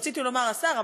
רציתי לומר "השר",